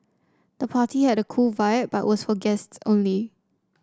the party had a cool vibe but was for guests only